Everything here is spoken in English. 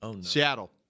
Seattle